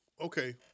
Okay